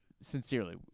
sincerely